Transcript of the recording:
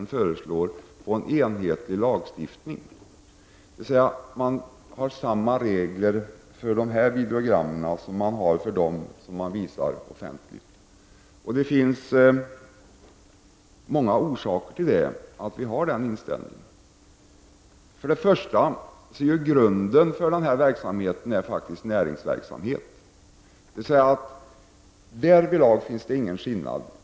Vi föreslår att det skall vara samma regler för videogram som gäller för filmer som visas offentligt. Det finns många orsaker till vår inställning. Till att börja med är det näringsverksamhet som utgör grunden för denna verksamhet. Därvidlag finns det ingen skillnad.